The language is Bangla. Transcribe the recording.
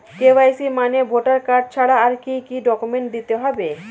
কে.ওয়াই.সি মানে ভোটার কার্ড ছাড়া আর কি কি ডকুমেন্ট দিতে হবে?